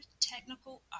Technical